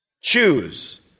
choose